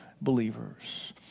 believers